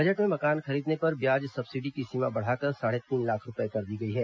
budget मे मकान खरीदने पर ब्व्याज सब्सिडी की सीमा बढ़ाकर साढ़े तीन लाख रूपये कर दी गई है